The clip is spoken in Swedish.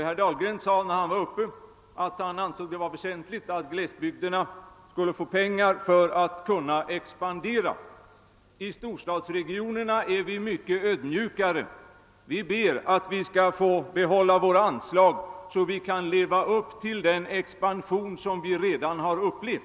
Herr Dahlgren sade att han ansåg det vara väsentligt att glesbygderna fick pengar för att kunna expandera. I storstadsregionerna är vi mera ödmjuka. Vi ber bara att få behålla våra ansiag, så att vi kan leva upp till den expansion som vi redan är mitt inne i.